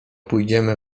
pójdziemy